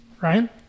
Ryan